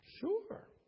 Sure